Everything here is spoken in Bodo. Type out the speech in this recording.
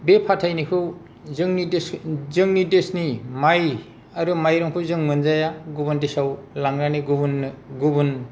बे फाथायनायखौ जोंनि देशनि माइ आरो माइरंखौ जों मोनजाया गुबुन देशआव लांनानै गुबुन्नो गुबुन